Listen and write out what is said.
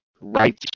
right